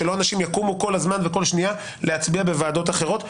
שאנשים לא יקומו כל הזמן וכל שנייה להצביע בוועדות אחרות,